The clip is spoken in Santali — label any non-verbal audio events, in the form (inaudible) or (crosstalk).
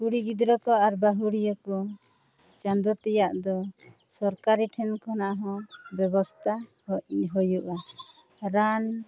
ᱠᱩᱲᱤ ᱜᱤᱫᱽᱨᱟᱹ ᱠᱚ ᱟᱨ ᱵᱟᱹᱦᱩᱲᱤᱭᱟᱹ ᱠᱚ (unintelligible) ᱪᱟᱸᱫᱚ ᱛᱮᱭᱟᱜ ᱫᱚ ᱥᱚᱨᱠᱟᱨᱤ ᱴᱷᱮᱱ ᱠᱷᱚᱱᱟᱜ ᱦᱚᱸ ᱵᱮᱵᱚᱥᱛᱟ ᱦᱩᱭᱩᱜᱼᱟ ᱨᱟᱱ